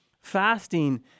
fasting